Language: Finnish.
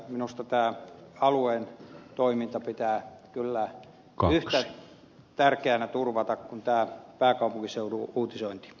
minusta tämän alueen toiminta pitää kyllä yhtä tärkeänä turvata kuin tämä pääkaupunkiseudun uutisointi